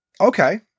okay